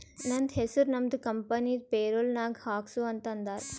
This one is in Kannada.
ನಂದ ಹೆಸುರ್ ನಮ್ದು ಕಂಪನಿದು ಪೇರೋಲ್ ನಾಗ್ ಹಾಕ್ಸು ಅಂತ್ ಅಂದಾರ